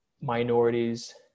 minorities